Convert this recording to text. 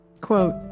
Quote